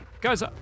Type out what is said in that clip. Guys